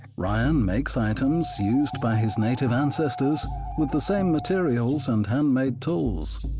ryan makes items used by his native ancestors with the same materials and hand-made tools.